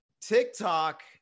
TikTok